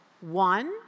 one